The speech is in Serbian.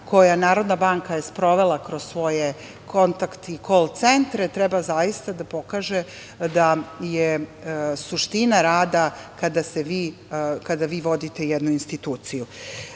je Narodna banka sprovela kroz svoje kontakt i kol centre treba zaista da pokaže da je suština rada kada vi vodite jednu instituciju. Zakonodavna